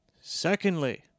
Secondly